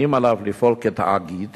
האם עליו לפעול כתאגיד